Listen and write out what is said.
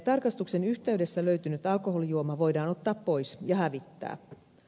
tarkastuksen yhteydessä löytynyt alkoholijuoma voidaan ottaa pois ja hävittää